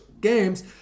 games –